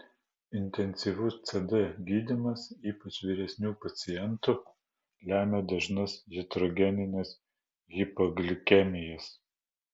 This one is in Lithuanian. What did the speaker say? intensyvus cd gydymas ypač vyresnių pacientų lemia dažnas jatrogenines hipoglikemijas